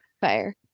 fire